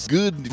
good